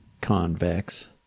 convex